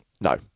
No